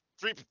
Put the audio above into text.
three